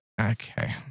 Okay